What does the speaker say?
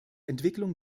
entwicklung